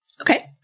Okay